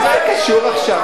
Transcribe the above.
מה זה קשור עכשיו?